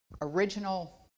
Original